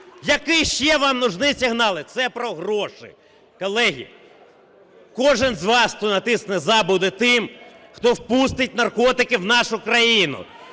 Які ще вам нужны сигналы! Це про гроші! Колеги, кожен з вас, хто натисне "за", буде тим, хто впустить наркотики в нашу країну.